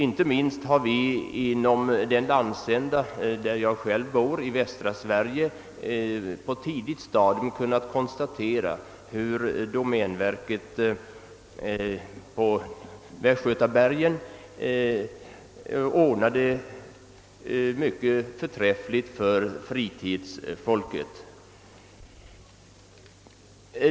Inte minst inom den landsända där jag själv bor — i västra Sverige — har vi på ett tidigt stadium kunnat konstatera hur domänverket på västgötabergen ordnat det mycket förträffligt för fritidsfolket.